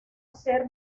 ser